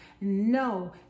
No